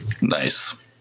Nice